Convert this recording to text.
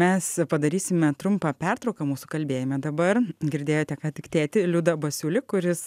mes padarysime trumpą pertrauką mūsų kalbėjime dabar girdėjote ką tik tėtį liudą basiulį kuris